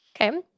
Okay